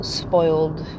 spoiled